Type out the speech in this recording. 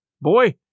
Boy